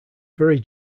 very